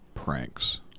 Pranks